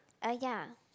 uh ya